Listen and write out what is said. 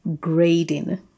Grading